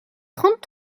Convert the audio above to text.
trente